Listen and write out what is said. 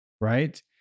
right